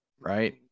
right